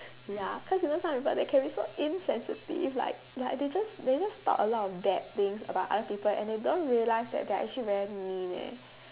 ya cause you know some people they can be so insensitive like like they just they just talk a lot of bad things about other people and they don't realise that they're actually very mean eh